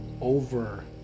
over